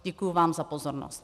Děkuji vám za pozornost.